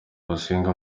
basenge